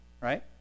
right